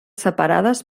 separades